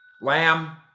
lamb